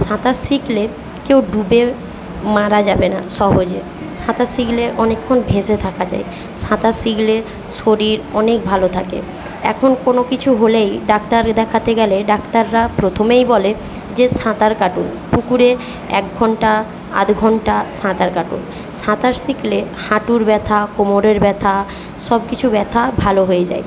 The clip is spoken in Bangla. সাঁতার শিখলে কেউ ডুবে মারা যাবে না সহজে সাঁতার শিখলে অনেকক্ষণ ভেসে থাকা যায় সাঁতার শিগলে শরীর অনেক ভালো থাকে এখন কোনও কিছু হলেই ডাক্তার দেখাতে গ্যালে ডাক্তাররা প্রথমেই বলে যে সাঁতার কাটুন পুকুরে এক ঘণ্টা আধ ঘণ্টা সাঁতার কাটুন সাঁতার শিখলে হাঁটুর ব্যথা কোমরের ব্যথা সব কিছু ব্যথা ভালো হয়ে যায়